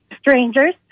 strangers